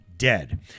dead